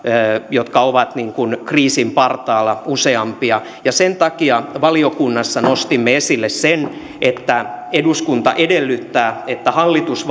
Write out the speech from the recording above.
jotka ovat niin kuin kriisin partaalla on suomessa useampia sen takia valiokunnassa nostimme esille sen että eduskunta edellyttää että hallitus